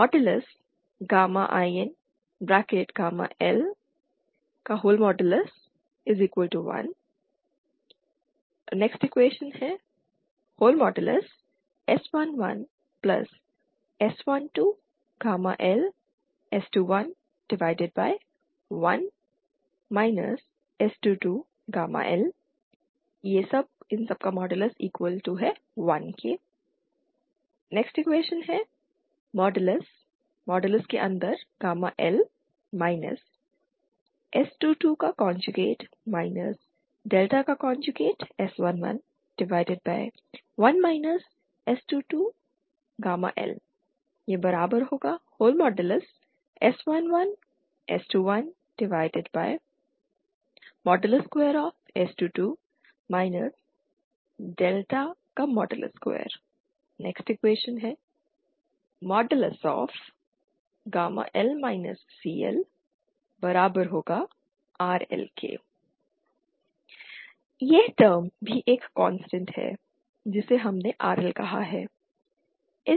INL1 S11S12LS211 S22L1 L S22 S111 S22LS11S21S222 2 L CLRL यह term भी एक constant है जिसे हमने RL कहा है